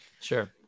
Sure